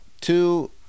Two